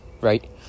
right